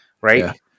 right